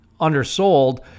undersold